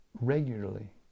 regularly